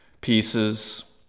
pieces